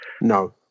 No